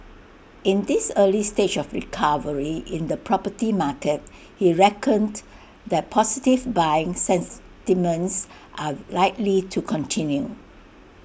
in this early stage of recovery in the property market he reckoned that positive buying sentiments are likely to continue